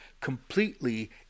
completely